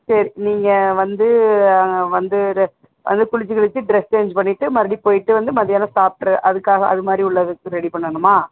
சரி நீங்கள் வந்து வந்து ரெ வந்து குளிச்சு கிளிச்சு டிரெஸ் சேஞ்ச் பண்ணிவிட்டு மறுப்படி போய்விட்டு வந்து மதியானம் சாப்பிட்ரு அதுக்காக அது மாதிரி உள்ளதுக்கு ரெடி பண்ணணுமா